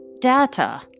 data